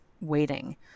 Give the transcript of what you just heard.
waiting